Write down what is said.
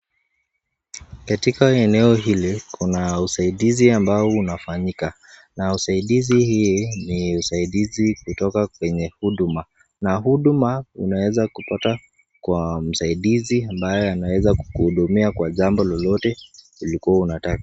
Katika eneo hili kuna usaidizi ambao unafanyika na usaidizi hii ni usaidizi kutoka kwenye huduma, na huduma unaeza kupata kwa msaidizi ambaye anaweza kukuhudumia kwa jambo lolote ulikuwa unataka.